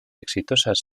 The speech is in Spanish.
exitosas